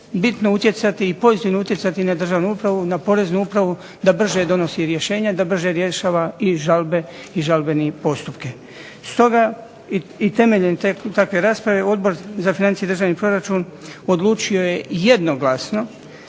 bitno utjecati i pozitivno utjecati na državnu upravu, na poreznu upravu da brže donosi rješenja, da brže rješava i žalbe i žalbene postupke. Stoga i temeljem takve rasprave Odbor za financije i državni proračun odlučio je jednoglasno